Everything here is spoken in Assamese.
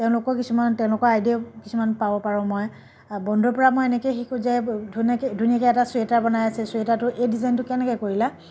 তেওঁলোকৰ কিছুমান তেওঁলোকৰ আইডিয়াও কিছুমান পাব পাৰোঁ মই বন্ধুৰ পৰা মই এনেকেই শিকোঁ যে ধনীয়াকৈ ধুনীয়াকৈ এটা চুৱেটাৰ বনাই আছে চুৱেটাৰটোৰ এই ডিজাইনটো কেনেকৈ কৰিলা